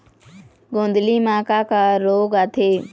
गोंदली म का का रोग आथे?